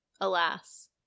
alas